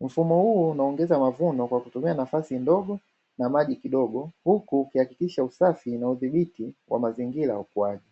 mfumo huu unaongeza mavuno kwa kutumia nafasi ndogo na maji kidogo huku ukihakikisha usafi na udhibiti wa mazingira ya ukuaji.